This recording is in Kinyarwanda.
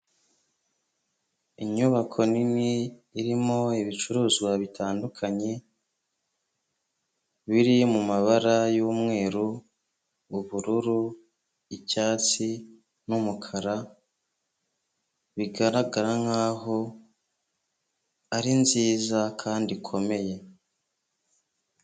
Inyubako nini irimo ibicuruzwa bitandukanye, biri mu mabara y'umweru, ubururu, icyatsi n'umukara, bigaragara nkaho ari nziza kandi ikomeye.